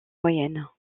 moyenne